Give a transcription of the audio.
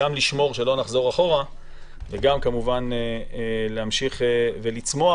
גם לשמור שלא נחזור אחורה וגם כמובן להמשיך ולצמוח,